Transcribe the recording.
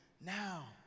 now